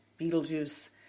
Beetlejuice